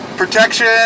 protection